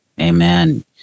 Amen